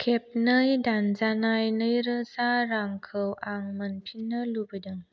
खेबनै दानजानाय नैरोजा रांखौ आं मोनफिननो लुबैदों